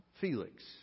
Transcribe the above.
Felix